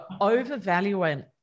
overvaluing